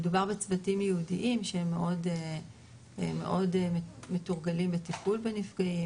מדובר בצוותים ייעודיים שמאוד מתורגלים בטיפול בנפגעים,